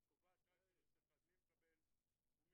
לפעמים יש תחושה שבכל שנה עושים